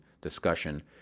discussion